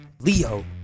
Leo